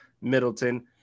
Middleton